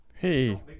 Hey